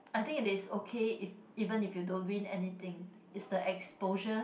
I think it is okay if even if you don't win anything it's the exposure